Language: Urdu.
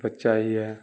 بچہ ہی ہے